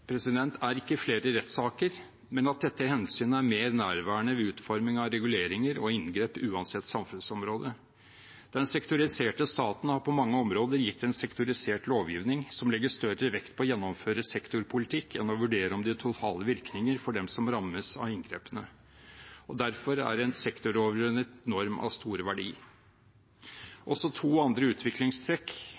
er ikke flere rettssaker, men at dette hensynet er mer nærværende ved utforming av reguleringer og inngrep uansett samfunnsområde. Den sektoriserte staten har på mange områder gitt en sektorisert lovgivning, som legger større vekt på å gjennomføre sektorpolitikk enn å vurdere de totale virkninger for dem som rammes av inngrepene. Derfor er en sektoroverordnet norm av stor verdi. Også to andre utviklingstrekk